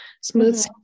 smooth